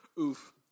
Oof